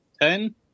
ten